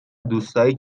دوستایی